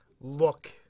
look